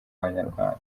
abanyarwanda